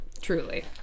truly